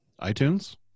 iTunes